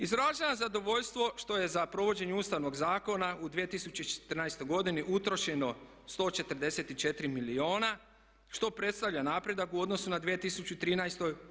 Izražavam zadovoljstvo što je za provođenje Ustavnog zakona u 2014. godini utrošeno 144 milijuna što predstavlja napredak u odnosu na 2013.